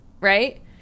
right